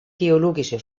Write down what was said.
theologische